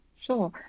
Sure